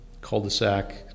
cul-de-sac